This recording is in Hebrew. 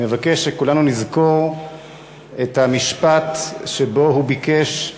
אני מבקש שכולנו נזכור את המשפט שבו הוא ביקש,